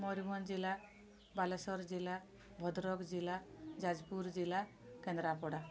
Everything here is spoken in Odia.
ମୟୂରଭଞ୍ଜ ଜିଲ୍ଲା ବାଲେଶ୍ୱର ଜିଲ୍ଲା ଭଦ୍ରକ ଜିଲ୍ଲା ଯାଜପୁର ଜିଲ୍ଲା କେନ୍ଦ୍ରାପଡ଼ା